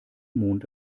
mond